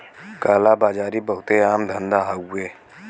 काला बाजारी बहुते आम धंधा हउवे